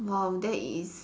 !wow! that is